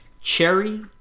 Cherry